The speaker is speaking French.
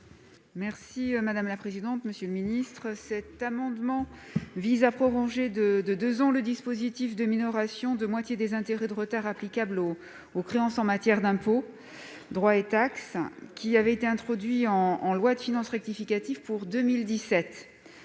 est à Mme Isabelle Briquet. Cet amendement vise à proroger de deux ans le dispositif de minoration de moitié des intérêts de retard applicables aux créances en matière d'impôts, de droits et de taxes, qui avait été introduit en loi de finances rectificative pour 2017.